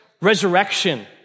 resurrection